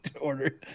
order